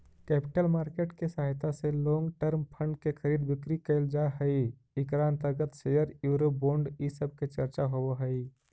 capital market के सहायता से लोंग टर्म फंड के खरीद बिक्री कैल जा हई इकरा अंतर्गत शेयर यूरो बोंड इ सब के चर्चा होवऽ हई